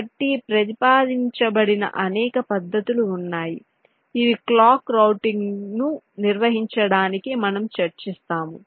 కాబట్టి ప్రతిపాదించబడిన అనేక పద్ధతులు ఉన్నాయి ఇవి క్లాక్ రౌటింగ్ను నిర్వహించడానికి మనము చర్చిస్తాము